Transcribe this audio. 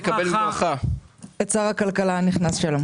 יש לי עסק בעיר אני מקבל חינוך?